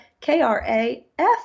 K-R-A-F